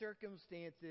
circumstances